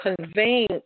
conveying